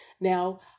Now